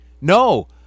No